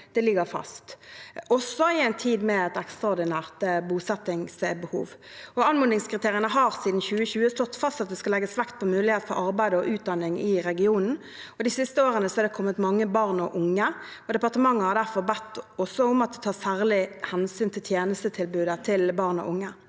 ligger fast, også i en tid med et ekstraordinært bosettingsbehov. Anmodningskriteriene har siden 2020 slått fast at det skal legges vekt på muligheten for arbeid og utdanning i regionen. De siste årene har det kommet mange barn og unge, og departementet har derfor bedt om at det tas særlig hensyn til tjenestetilbudet til barn og unge.